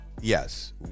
Yes